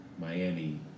Miami